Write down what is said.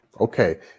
okay